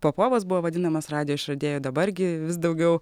popovas buvo vadinamas radijo išradėju dabar gi vis daugiau